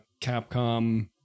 Capcom